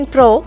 Pro